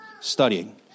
studying